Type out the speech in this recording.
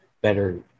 better